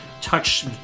touch